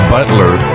Butler